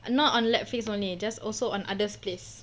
not on netflix only just also on others place